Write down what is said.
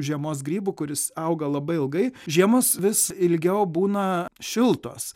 žiemos grybų kuris auga labai ilgai žiemos vis ilgiau būna šiltos